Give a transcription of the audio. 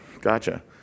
gotcha